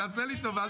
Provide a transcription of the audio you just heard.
תעשה לי טובה,